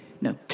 No